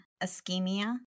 ischemia